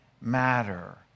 matter